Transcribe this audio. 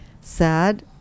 sad